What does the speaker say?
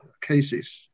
cases